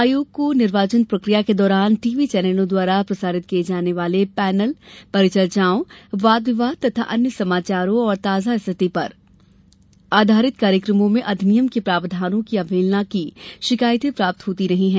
आयोग को निर्वाचन प्रक्रिया के दौरान टीव्ही चैनलों द्वारा प्रसारित किये जाने वाले पैनल परिचर्चाओं वाद विवाद तथा अन्य समाचारों और ताजा स्थिति पर आघारित कार्यक्रमों में अधिनियम के प्रावधानों की अवहेलना की शिकायतें प्राप्त होती रही हैं